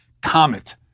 comet